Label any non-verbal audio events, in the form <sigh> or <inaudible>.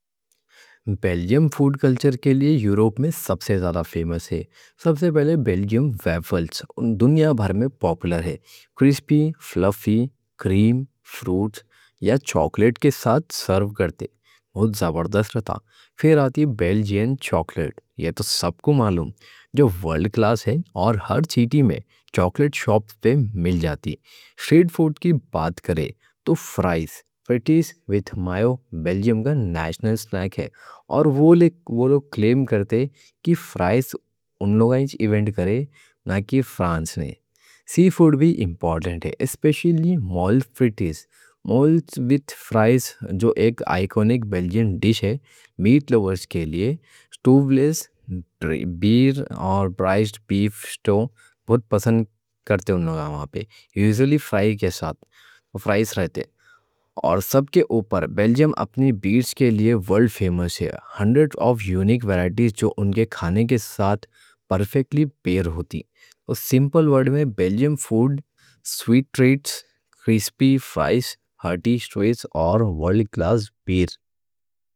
بیلجیم فوڈ کلچر کے لیے یورپ میں سب سے زیادہ فیمس ہے۔ سب سے پہلے بیلجیم ویفلز دنیا بھر میں پاپولر ہے، کرسپی، فلفی، کریم، فروٹس یا چاکلیٹ کے ساتھ سرو کرتے، بہت زبردست رہتا۔ پھر آتی بیلجین چاکلیٹ، یہ تو سب کو معلوم، جو ورلڈ کلاس ہے اور ہر سِٹی میں چاکلیٹ شاپس پہ مل جاتی۔ سٹریٹ فوڈ کی بات کرے تو فرائز، فرٹیز وِدھ مایو بیلجیم کا نیشنل اسنیک ہے۔ اور وہ <hesitation> لوگ کلیم کرتے کہ فرائز ان لوگوں نے انوینٹ کئے، نہ کہ فرانس نے۔ سی فوڈ بھی امپورٹنٹ ہے، اسپیشلی مول فرٹیز، مول فرٹیز جو ایک آئیکونک بیلجین ڈِش ہے۔ میٹ لوورز کے لیے سٹو فلیس، بیئر اور فرائز؛ بیف سٹو بہت پسند کرتے ان لوگاں، وہاں پہ یوزیلی فرائز کے ساتھ پیش کرتے۔ اور سب کے اوپر، بیلجیم اپنی بیئرز کے لیے ورلڈ فیمس ہے، ہنڈرٹ آف یونیک ویرائٹیز، جو ان کے کھانے کے ساتھ پرفیکٹلی پیر ہوتی۔ سِمپل ورڈ میں بیلجیم فوڈ: سویٹ ٹریٹس، کرسپی فرائز، ہارٹی سٹووز اور ورلڈ کلاس بیئر۔